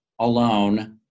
alone